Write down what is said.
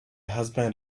husband